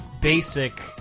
basic